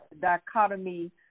dichotomy